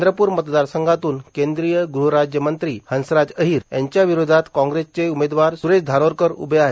चंद्रपूर मतदारसंघातून केंद्रीय गृहराज्यमंत्री हंसराज अहिर यांच्याविरोधात काँग्रेसचे उमेदवार सुरेश धानोरकर उभे आहेत